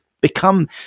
become